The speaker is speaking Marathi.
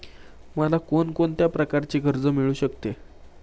मला कोण कोणत्या प्रकारचे कर्ज मिळू शकते?